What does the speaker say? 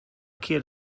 kid